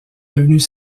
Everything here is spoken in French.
devenus